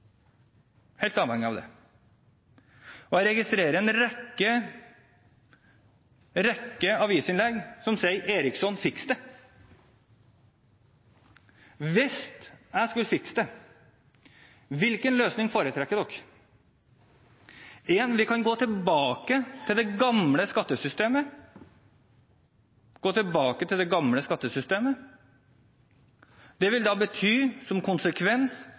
helt avhengig av det. Jeg registrerer en rekke avisinnlegg som sier: Eriksson, fiks det! Hvis jeg skulle fikse det, hvilken løsning foretrekker man? Punkt 1: Vi kan gå tilbake til det gamle skattesystemet. Det vil da bety som konsekvens at uførereformen er en saga blott. Det vil bety